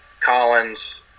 Collins